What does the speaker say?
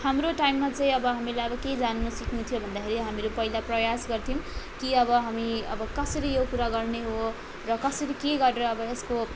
हाम्रो टाइममा चाहिँ अब हामीलाई अब के जान्नु सिक्नु थियो भन्दाखेरि हामिहरू पहिला प्रयास गर्थ्यौँ कि अब हामी अब कसरी यो कुरा गर्ने हो र कसरी के गरेर अब यसको